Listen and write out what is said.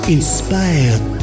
Inspired